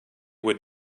would